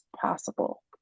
possible